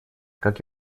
как